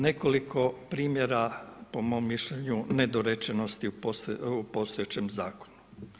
Nekoliko primjera po mom mišljenju nedorečenosti u postojećem zakonu.